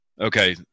Okay